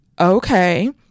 Okay